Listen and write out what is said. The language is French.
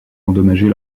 endommagés